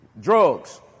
Drugs